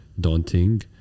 daunting